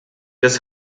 des